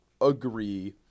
agree